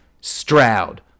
Stroud